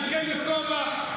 יבגני סובה,